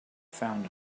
found